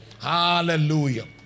hallelujah